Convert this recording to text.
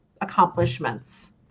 accomplishments